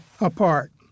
apart